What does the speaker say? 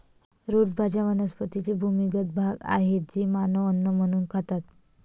route भाज्या वनस्पतींचे भूमिगत भाग आहेत जे मानव अन्न म्हणून खातात